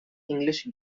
english